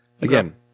Again